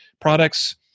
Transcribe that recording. products